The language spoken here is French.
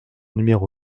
numéro